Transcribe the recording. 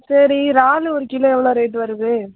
சரி ராலு ஒரு கிலோ எவ்வளோ ரேட்டு வருது